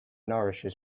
nourishes